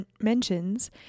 mentions